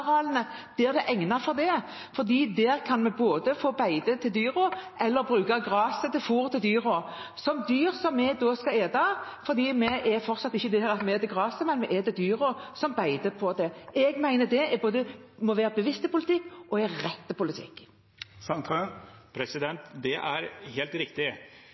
det er egnet for det, for der kan vi få beite til dyrene eller bruke gresset som fôr til dyrene, som er dyr vi skal spise. For vi er fortsatt ikke der at vi spiser gress, men vi spiser dyrene som beiter på gresset. Jeg mener det er en bevisst politikk og en riktig politikk. Det er helt riktig. Nettopp i kjølvannet av den sommeren ble det